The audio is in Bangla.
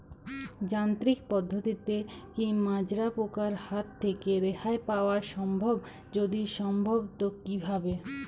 যান্ত্রিক পদ্ধতিতে কী মাজরা পোকার হাত থেকে রেহাই পাওয়া সম্ভব যদি সম্ভব তো কী ভাবে?